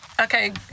Okay